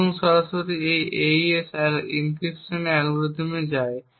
আসুন সরাসরি এই AES এনক্রিপশন অ্যালগরিদমে যাই